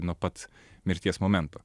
nuo pat mirties momento